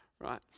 right